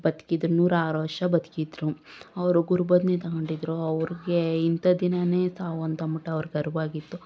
ಬದುಕಿದ್ರು ನೂರಾ ಆರು ವರ್ಷ ಬದುಕಿದ್ರು ಅವ್ರು ತೊಗೊಂಡಿದ್ರು ಅವ್ರಿಗೆ ಇಂಥ ದಿನವೇ ಸಾವು ಅಂತ ಅಂದ್ಬಿಟ್ಟು ಅವ್ರ್ಗೆ ಅರಿವು ಆಗಿತ್ತು